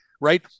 right